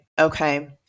okay